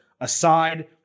aside